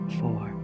four